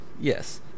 Yes